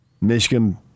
Michigan